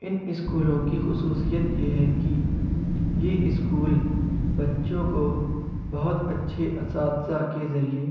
ان اسکولوں کی خصوصیت یہ ہے کہ یہ اسکول بچوں کو بہت اچھے اساتذہ کے ذریعے